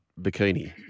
bikini